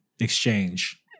exchange